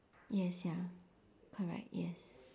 yes ya correct yes